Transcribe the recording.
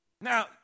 now